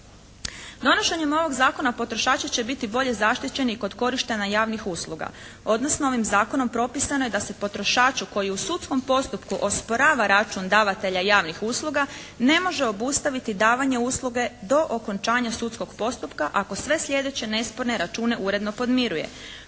Donošenjem ovog zakona potrošači će biti bolje zaštićeni i kod korištenja javnih usluga, odnosno ovim zakonom propisano je da se potrošaču koji je u sudskom postupku osporava račun davatelja javnih usluga ne može obustaviti davanje usluge do okončanja sudskog postupka ako sve sljedeće nesporne račune uredno podmiruje.